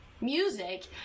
music